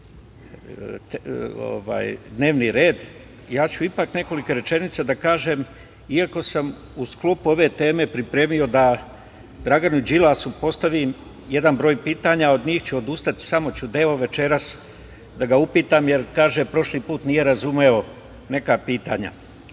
dnevni red, ja ću ipak nekoliko rečenica da kažem, iako sam u sklopu ove teme pripremio da Draganu Đilasu postavim jedan broj pitanja. Od njih ću odustati, samo ću deo večeras da ga upitam, jer kaže prošli put nije razumeo neka pitanja. Dakle,